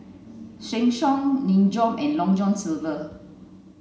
Sheng Siong Nin Jiom and Long John Silver